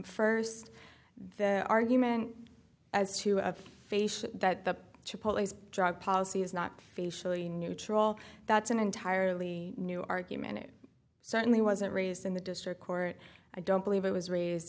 first the argument as to a face that the drug policy is not facially neutral that's an entirely new argument it certainly wasn't raised in the district court i don't believe it was raised